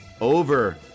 over